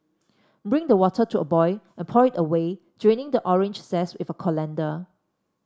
bring the water to a boil and pour it away draining the orange zest with a colander